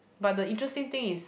but the interesting thing is